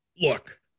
look